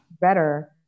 better